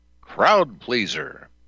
crowd-pleaser